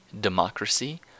democracy